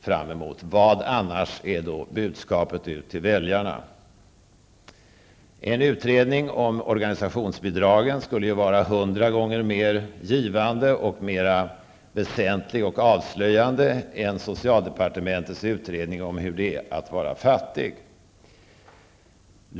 Vilket är annars budskapet ut till väljarna? En utredning om organisationsbidragen skulle vara hundra gånger mer givande, mera väsentlig och avslöjande än socialdepartementets utredning om hur det är att vara fattig.